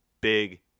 big